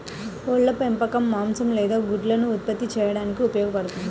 కోళ్ల పెంపకం మాంసం లేదా గుడ్లను ఉత్పత్తి చేయడానికి ఉపయోగపడుతుంది